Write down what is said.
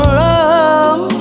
love